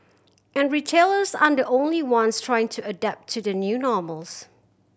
and retailers aren't the only ones trying to adapt to the new normals